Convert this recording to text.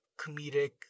Comedic